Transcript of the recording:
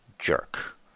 jerk